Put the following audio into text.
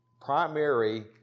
primary